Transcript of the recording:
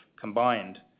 combined